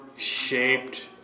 Shaped